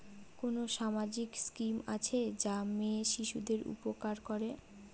কোন সামাজিক স্কিম আছে যা মেয়ে শিশুদের উপকার করে?